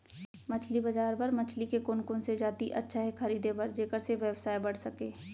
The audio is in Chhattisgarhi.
मछली बजार बर मछली के कोन कोन से जाति अच्छा हे खरीदे बर जेकर से व्यवसाय बढ़ सके?